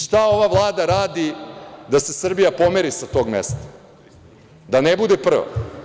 Šta ova Vlada radi da se Srbija pomeri sa tog mesta, da ne bude prva?